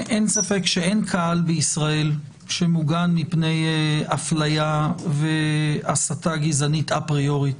אין ספק שאין קהל בישראל שמוגן מפני הפליה והסתה גזענית אפריורית,